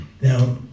Now